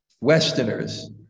Westerners